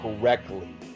correctly